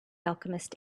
alchemist